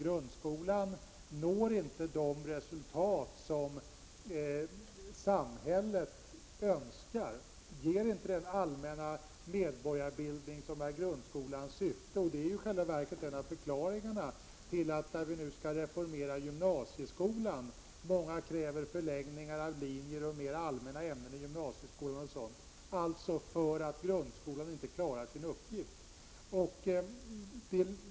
Den uppnår inte de resultat som samhället önskar och ger inte den allmänna medborgarbildning som är grundskolans syfte. Det är i själva verket en av förklaringarna till, när vi nu skall reformera gymnasieskolan, att många kräver förlängningar av undervisningen på olika linjer och fler allmänna ämnen. Grundskolan klarar helt enkelt inte sin uppgift.